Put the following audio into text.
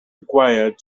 required